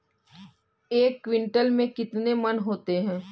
एक क्विंटल में कितने मन होते हैं?